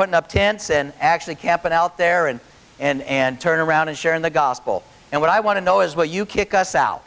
putting up tents and actually camping out there and and turn around and share in the gospel and what i want to know is what you kick us out